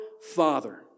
Father